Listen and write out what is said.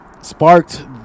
sparked